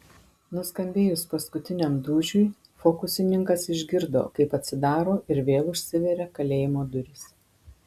nuskambėjus paskutiniam dūžiui fokusininkas išgirdo kaip atsidaro ir vėl užsiveria kalėjimo durys